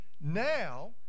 Now